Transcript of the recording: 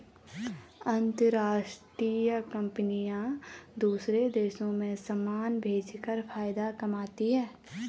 अंतरराष्ट्रीय कंपनियां दूसरे देशों में समान भेजकर फायदा कमाती हैं